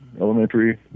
elementary